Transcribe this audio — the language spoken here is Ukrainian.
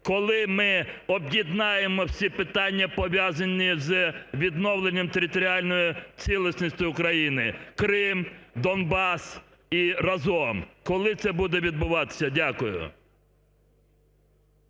Коли ми об'єднаємо всі питання, пов'язані із відновленням територіальної цілісності України? Крим, Донбас і разом, коли це буде відбуватися? Дякую.